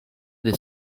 dès